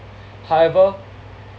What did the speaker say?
however